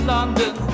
London